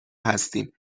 هستیم